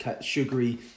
sugary